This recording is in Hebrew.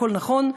הכול נכון.